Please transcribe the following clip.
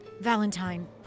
Valentine